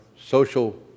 social